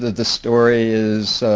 the story is,